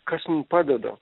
kas mum padeda